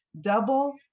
double